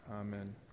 Amen